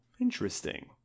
interesting